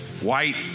white